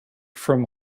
from